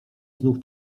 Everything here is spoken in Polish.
znów